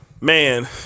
Man